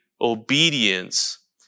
obedience